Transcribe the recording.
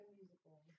musical